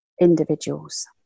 individuals